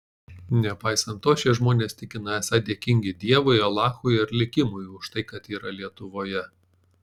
nepaisant to šie žmonės tikina esą dėkingi dievui alachui ar likimui už tai kad yra lietuvoje